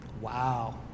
Wow